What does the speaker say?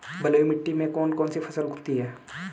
बलुई मिट्टी में कौन कौन सी फसल होती हैं?